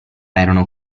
erano